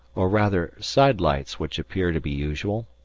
or rather side lights which appear to be usual,